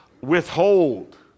withhold